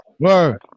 Word